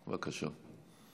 בבקשה.